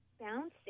bouncing